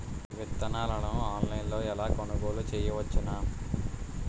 విత్తనాలను ఆన్లైన్లో ఎలా కొనుగోలు చేయవచ్చున?